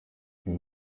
uyu